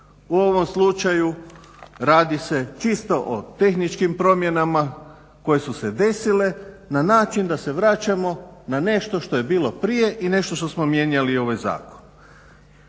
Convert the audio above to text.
U ovom slučaju radi se čisto o tehničkim promjenama koje su se desile na način da se vraćamo na nešto što je bilo prije i nešto što smo mijenjali ovaj zakon.